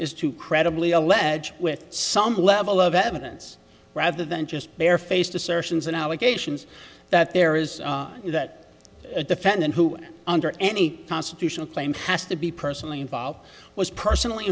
is to credibly allege with some level of evidence rather than just bare faced assertions and allegations that there is that a defendant who under any constitutional claim has to be personally involved was personally